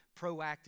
proactive